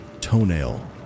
toenail